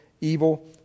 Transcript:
evil